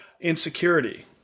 insecurity